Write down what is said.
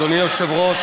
אדוני היושב-ראש,